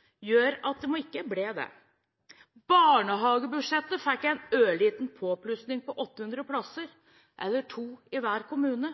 gjør at mange områder som ellers kunne vært løftet, ikke blir det. Barnehagebudsjettet fikk en ørliten påplussing på 800 plasser – eller to i hver kommune.